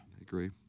agree